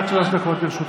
עד שלוש דקות לרשותך.